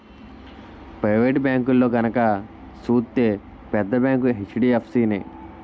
private బేంకుల్లో గనక సూత్తే పెద్ద బేంకు హెచ్.డి.ఎఫ్.సి నే